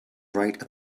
write